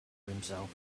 himself